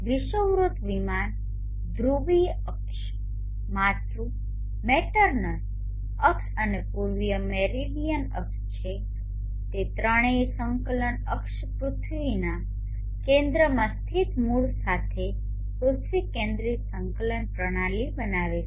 વિષુવવૃત્ત વિમાન ધ્રુવીય અક્ષ માતૃમેટરનલ અક્ષ અને પૂર્વીય મેરિડીયન અક્ષ છે તે ત્રણેય સંકલન અક્ષો પૃથ્વીના કેન્દ્રમાં સ્થિત મૂળ સાથે પૃથ્વી કેન્દ્રિત સંકલન પ્રણાલી બનાવે છે